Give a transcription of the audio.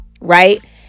right